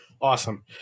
Awesome